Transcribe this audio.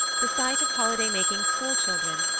the sight of holiday-making school-children,